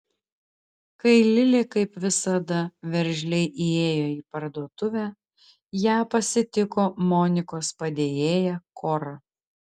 kai lilė kaip visada veržliai įėjo į parduotuvę ją pasitiko monikos padėjėja kora